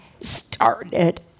started